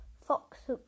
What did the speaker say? fox